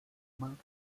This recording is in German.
mark